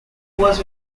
was